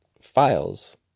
files